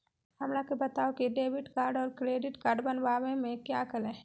हमरा के बताओ की डेबिट कार्ड और क्रेडिट कार्ड बनवाने में क्या करें?